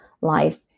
life